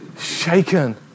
shaken